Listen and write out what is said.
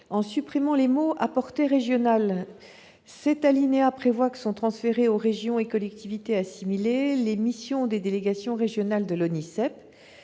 en supprimant les mots « à portée régionale ». Cet alinéa prévoit que sont transférées aux régions et collectivités assimilées les missions des délégations régionales de l'ONISEP